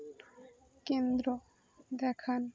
কেন্দ্র দেখান